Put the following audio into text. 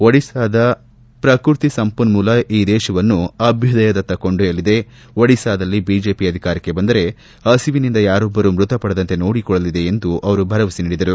ಒಡಿಸ್ಸಾದ ಪ್ರಕೃತಿ ಸಂಪನ್ನೂಲ ಈ ದೇಶವನ್ನು ಅಭ್ಯುದಯದತ್ತ ಕೊಂಡೊಯ್ಲಲಿದೆ ಒಡಿಸ್ತಾದಲ್ಲಿ ಬಿಜೆಪಿ ಅಧಿಕಾರಕ್ಕೆ ಬಂದರೆ ಹಸಿಎನಿಂದ ಯಾರೊಬ್ಲರೂ ಮ್ಬತಪಡದಂತೆ ನೋಡಿಕೊಳ್ಲಲಿದೆ ಎಂದು ಅವರು ಭರವಸೆ ನೀಡಿದರು